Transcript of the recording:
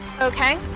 Okay